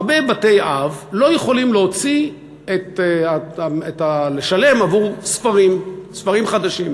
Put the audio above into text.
הרבה בתי-אב לא יכולים לשלם עבור ספרים חדשים.